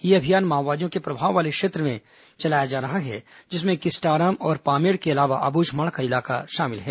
यह अभियान माओवादियों के प्रभाव वाले क्षेत्र में चलाया जा रहा है जिसमें किस्टाराम और पामेड़ के अलावा अबूझमाड़ का इलाका शामिल है